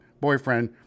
boyfriend